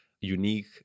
unique